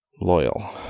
Loyal